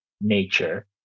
nature